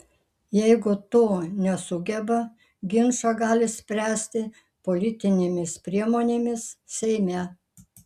jeigu to nesugeba ginčą gali spręsti politinėmis priemonėmis seime